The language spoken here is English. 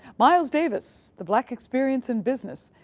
miles davis, the black experience in business,